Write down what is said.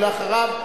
ואחריו,